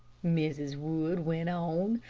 mrs. wood went on,